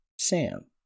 Sam